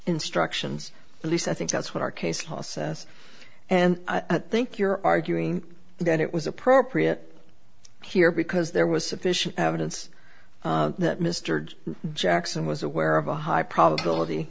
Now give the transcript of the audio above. instructions at least i think that's what our case law says and i think you're arguing then it was appropriate here because there was sufficient evidence that mr jackson was aware of a high probability